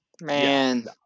Man